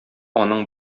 аның